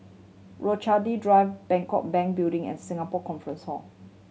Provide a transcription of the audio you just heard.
Rochalie Drive Bangkok Bank Building and Singapore Conference Hall